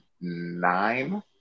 nine